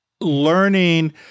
learning